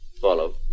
Follow